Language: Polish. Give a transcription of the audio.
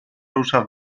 rusza